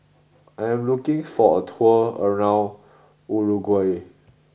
I am looking for a tour around Uruguay